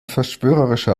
verschwörerischer